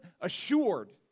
assured